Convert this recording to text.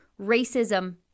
racism